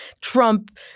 Trump